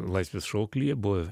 laisvės šauklyje buvo